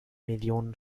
millionen